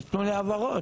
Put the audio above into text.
תתנו לי הבהרות,